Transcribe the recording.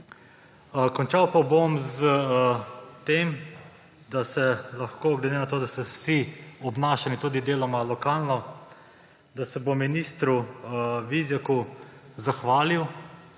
Končal pa bom s tem, da se lahko, glede na to, da se vsi obnašamo tudi deloma lokalno, da se bom ministru Vizjaku zahvalil,